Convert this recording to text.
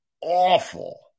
awful